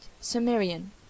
Sumerian